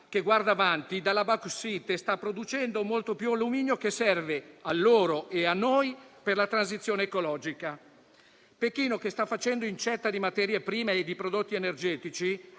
che guarda avanti, dalla bauxite sta producendo molto più alluminio, che serve a loro e a noi per la transizione ecologica. Pechino sta facendo incetta di materia prima e di prodotti energetici